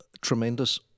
tremendous